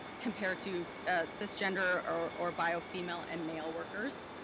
compared to cis gender or or bio female and male workers.